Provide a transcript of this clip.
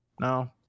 No